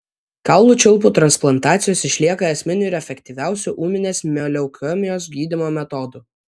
kaulų čiulpų transplantacijos išlieka esminiu ir efektyviausiu ūminės mieloleukemijos gydymo metodu